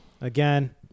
Again